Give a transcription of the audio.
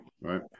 right